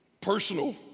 personal